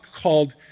called